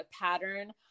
pattern